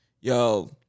Yo